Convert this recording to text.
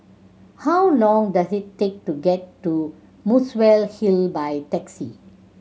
how long does it take to get to Muswell Hill by taxi